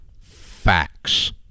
facts